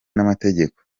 n’amategeko